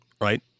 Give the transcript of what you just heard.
right